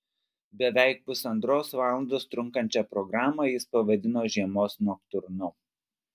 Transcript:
beveik pusantros valandos trunkančią programą jis pavadino žiemos noktiurnu